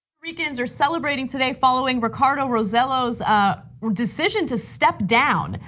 ricans, are celebrating today following ricardo rosello's decision to step down.